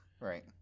Right